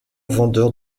vendeur